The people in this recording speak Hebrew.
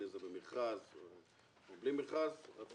בין אם זה במכרז ובין אם זה בלי מכרז,